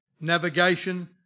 navigation